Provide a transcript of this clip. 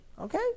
Okay